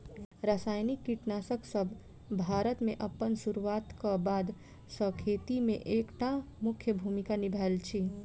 रासायनिक कीटनासकसब भारत मे अप्पन सुरुआत क बाद सँ खेती मे एक टा मुख्य भूमिका निभायल अछि